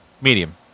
Medium